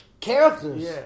characters